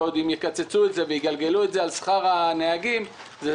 ואם עוד יקצצו ויגלגלו את זה על שכר הנהגים זה